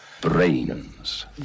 Brains